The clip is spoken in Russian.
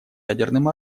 ядерным